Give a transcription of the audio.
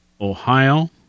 Ohio